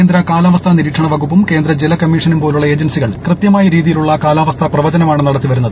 കേന്ദ്രകാലാവസ്ഥാ നിരീക്ഷണ വകുപ്പും കേന്ദ്ര ജല കമ്മീഷനും പോലുള്ള ഏജൻസികൾ കൃത്യമായ രീതിയിലുള്ള കാലാവസ്ഥ പ്രവചനമാണ് നടത്തി വരുന്നത്